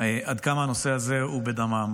עד כמה הנושא הזה הוא בדמם.